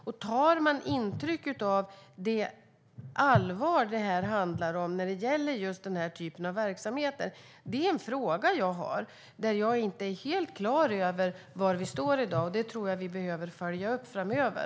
Och tar man intryck av det allvar som det här handlar om när det gäller just den här typen av verksamheter? Det är en fråga jag har. Jag är inte helt klar över var vi står i dag. Det tror jag att vi behöver följa upp framöver.